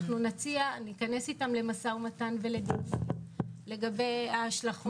אנחנו נציע, ניכנס איתם למשא ומתן לגבי ההשלכות.